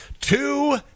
two